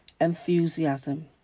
enthusiasm